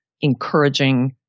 encouraging